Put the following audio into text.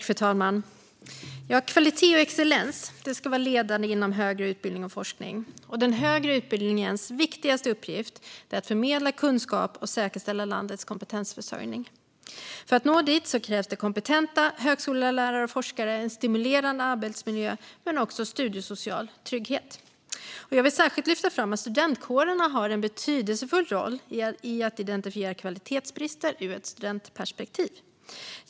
Fru talman! Kvalitet och excellens ska vara ledande inom högre utbildning och forskning. Den högre utbildningens viktigaste uppgift är att förmedla kunskap och säkerställa landets kompetensförsörjning. För att nå dit krävs kompetenta högskolelärare och forskare, en stimulerande arbetsmiljö och studiesocial trygghet. Jag vill särskilt lyfta fram att studentkårerna har en betydelsefull roll i att identifiera kvalitetsbrister ur ett studentperspektiv.